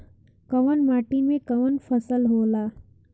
कवन माटी में कवन फसल हो ला?